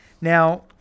Now